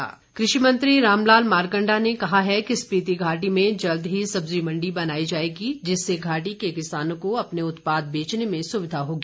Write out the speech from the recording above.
मारकण्डा कृषि मंत्री रामलाल मारकण्डा ने कहा है कि स्पीति घाटी में जल्द ही सब्जी मण्डी बनाई जाएगी जिससे घाटी के किसानों को अपने उत्पाद बेचने में सुविधा होगी